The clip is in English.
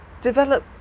develop